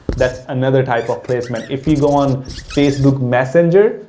that's another type of placement. if you go on facebook messenger,